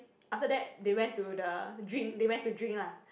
after that they went to the drink they went to drink lah